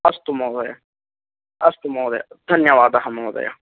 अस्तु महोदय अस्तु महोदय धन्यवादः महोदय